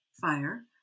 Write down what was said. fire